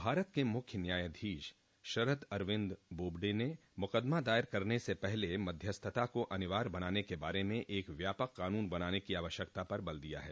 भारत के मुख्य न्यायाधीश शरद अरविंद बोबडे ने मूकदमा दायर करने से पहले मध्यस्थता को अनिवार्य बनाने के बारे में एक व्यापक कानून बनाने की आवश्यकता पर बल दिया है